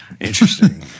Interesting